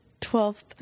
twelfth